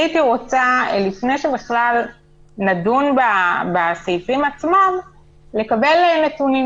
אז לפני שבכלל נדון בסעיפים עצמם אני רוצה לקבל נתונים